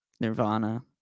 nirvana